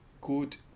good